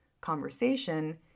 conversation